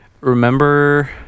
remember